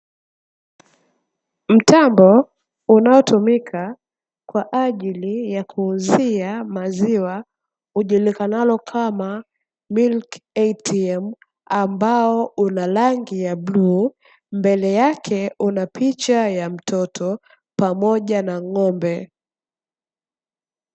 Mtambo unaotumika kwa ajili ya kuuzia maziwa, ujulikanao kama"MILK ATM " ambao una rangi ya bluu, mbele yake una picha ya mtoto pamoja na ng'ombe.